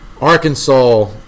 arkansas